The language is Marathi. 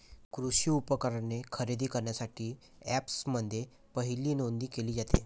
कृषी उपकरणे खरेदी करण्यासाठी अँपप्समध्ये पहिली नोंदणी केली जाते